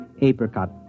apricot